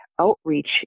outreach